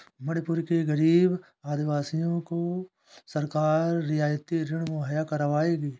मणिपुर के गरीब आदिवासियों को सरकार रियायती ऋण मुहैया करवाएगी